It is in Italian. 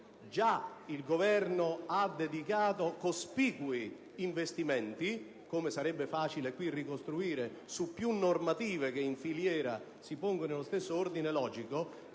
già il Governo ha dedicato cospicui investimenti (come sarebbe facile ricostruire su più normative che, in filiera, si pongono nello stesso ordine logico)